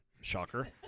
Shocker